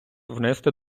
внести